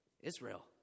Israel